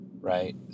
right